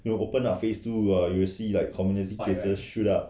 when we open our phase two you will see like community cases shoot up